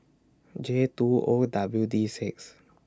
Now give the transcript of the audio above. J two O W D six